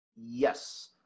Yes